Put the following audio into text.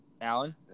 Alan